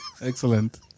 Excellent